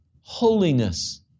holiness